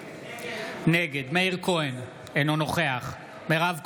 נגד מאיר כהן, אינו נוכח מירב כהן,